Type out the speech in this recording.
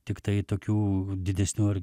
tiktai tokių didesnių ar